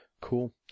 Cool